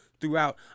throughout